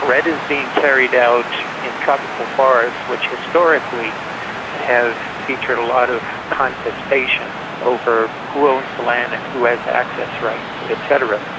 is being carried out in tropical forests, which historically has featured a lot of contestation over who owns the land and who has access rights et cetera.